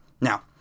Now